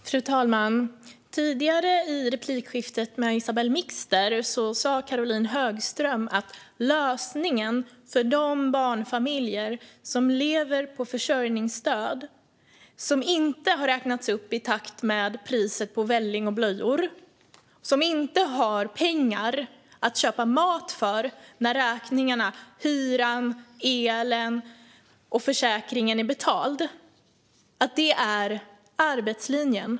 Fru talman! I replikskiftet med Isabell Mixter tidigare sa Caroline Högström att lösningen för de barnfamiljer som lever på försörjningsstöd, som inte har räknats upp i takt med prisökningen på välling och blöjor, och inte har pengar att köpa mat för när räkningarna för hyran, elen och försäkringen är betalda är arbetslinjen.